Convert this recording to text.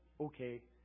okay